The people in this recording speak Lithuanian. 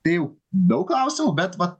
tai jau daug klausiau bet va